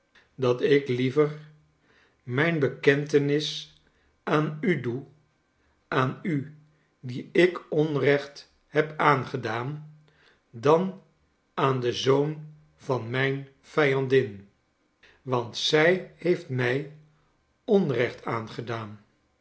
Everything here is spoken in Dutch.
dat ik liever mijn bekentenis aan u doe aan u die ik onrecht heb aangedaan dan aan den zoon van mijn vijandin want zij heeft mij onrecht aangedaan